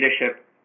leadership